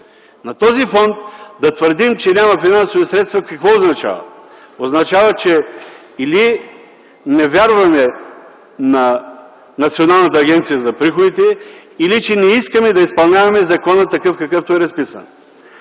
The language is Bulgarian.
На този фон да твърдим, че няма финансови средства – какво означава? Означава, че или не вярваме на Националната агенция за приходите, или че не искаме да изпълняваме закона такъв, какъвто е разписан.